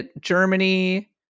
Germany